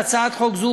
בהצעת חוק זו,